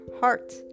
heart